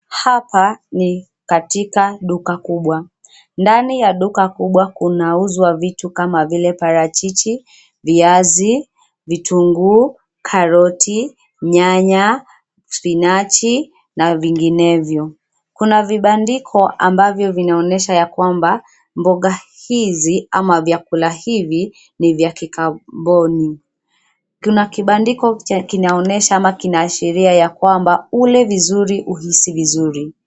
Hapa, ni katika duka kubwa. Ndani ya duka kubwa kunauzwa vitu kama vile: parachichi, viazi, vitunguu, karoti, nyanya, spinachi, na vinginevyo. Kuna vibandiko ambavyo vinaonyesha ya kwamba, mboga hizi ama vyakula hivi, ni vya kikamboni. Kuna kibandiko kinaonyesha, ama kinaashiria ya kwamba, ule vizuri uhisi vizuri.